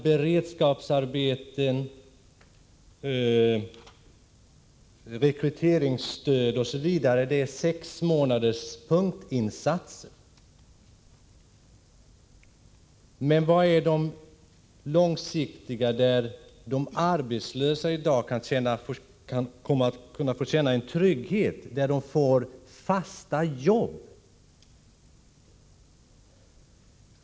Beredskapsarbeten, rekryteringsstöd osv. är nämligen punktinsatser för sex månader. Men var finns de långsiktiga insatserna, som gör att de arbetslösa i dag kan känna en trygghet, att de kan komma att få fasta jobb?